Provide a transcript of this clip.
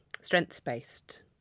strengths-based